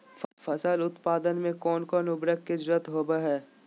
फसल उत्पादन में कोन कोन उर्वरक के जरुरत होवय हैय?